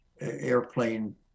airplane